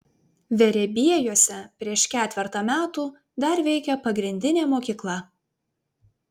verebiejuose prieš ketvertą metų dar veikė pagrindinė mokykla